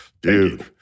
dude